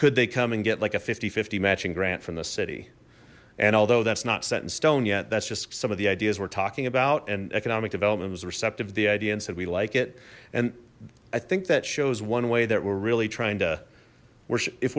could they come and get like a matching grant from the city and although that's not set in stone yet that's just some of the ideas we're talking about and economic development was receptive to the idea and said we like it and i think that shows one way that we're really trying to